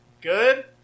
good